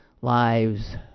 lives